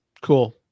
cool